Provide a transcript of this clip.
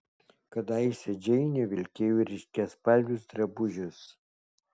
kadaise džeinė vilkėjo ryškiaspalvius drabužius